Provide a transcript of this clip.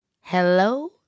Hello